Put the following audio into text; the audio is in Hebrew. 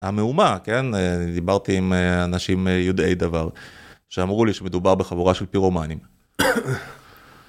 המהומה, כן? אני דיברתי עם אנשים יודעי דבר שאמרו לי שמדובר בחבורה של פירומנים.